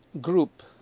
group